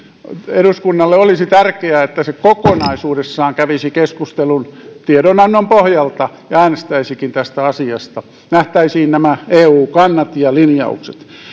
eduskunnalle olisi tärkeää että se kokonaisuudessaan kävisi keskustelun tiedonannon pohjalta ja äänestäisikin tästä asiasta nähtäisiin nämä eu kannat ja linjaukset